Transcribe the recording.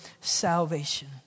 salvation